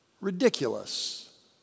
ridiculous